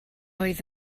oedd